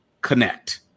connect